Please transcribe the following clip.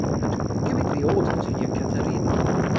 and, giving the order to yeah ekaterinhof,